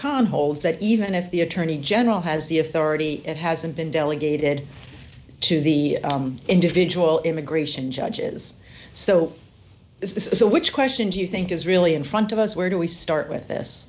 khan holds that even if the attorney general has the authority it hasn't been delegated to the individual immigration judges so this is a which question do you think is really in front of us where do we start with this